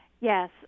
Yes